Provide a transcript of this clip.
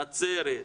כמו נצרת,